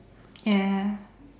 ya